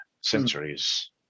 centuries